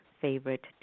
favorite